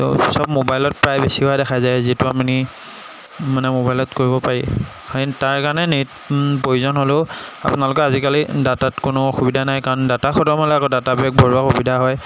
ত' চব ম'বাইলত প্ৰায় বেছি হোৱা দেখা যায় যিটো আপুনি মানে ম'বাইলত কৰিব পাৰি তাৰ কাৰণে নেট প্ৰয়োজন হ'লেও আপোনালোকে আজিকালি ডাটাত কোনো অসুবিধা নাই কাৰণ ডাটা খতম হ'লে আকৌ ডাটা পেক ভৰোৱা সুবিধা হয়